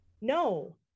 No